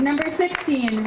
number fifteen